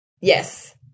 Yes